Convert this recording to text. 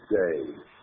days